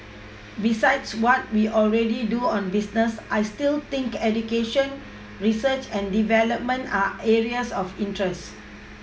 besides what we already do on business I still think education research and development are areas of interest